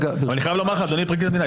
ואני חייב לומר לך, אדוני פרקליט המדינה.